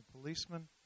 policeman